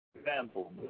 Example